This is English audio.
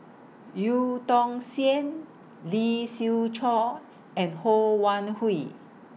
EU Tong Sen Lee Siew Choh and Ho Wan Hui